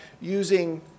using